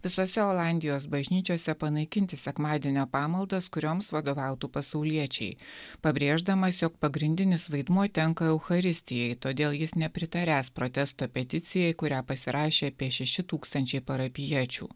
visose olandijos bažnyčiose panaikinti sekmadienio pamaldas kurioms vadovautų pasauliečiai pabrėždamas jog pagrindinis vaidmuo tenka eucharistijai todėl jis nepritaręs protesto peticijai kurią pasirašė apie šeši tūkstančiai parapijiečių